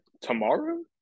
Tomorrow